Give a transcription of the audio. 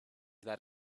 that